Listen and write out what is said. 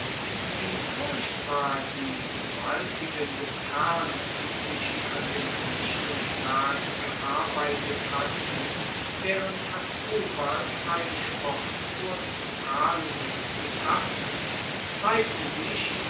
wie furchtbar die gewaltigen des herrn inzwischen an dem vernichtungswerk gearbeitet hatten während hasdrubal freilich fortfuhr zu prahlen und zu prassen zeigte sich